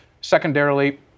Secondarily